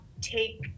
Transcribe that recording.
take